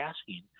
asking